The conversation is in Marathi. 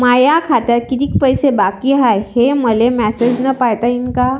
माया खात्यात कितीक पैसे बाकी हाय, हे मले मॅसेजन पायता येईन का?